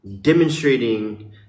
demonstrating